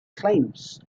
claims